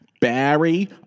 Barry